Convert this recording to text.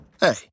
Hey